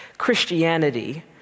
Christianity